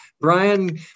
Brian